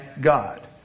God